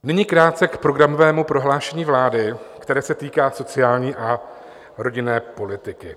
Nyní krátce k programovému prohlášení vlády, které se týká sociální a rodinné politiky.